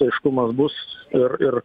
aiškumas bus ir ir